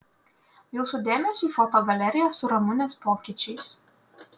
jūsų dėmesiui foto galerija su ramunės pokyčiais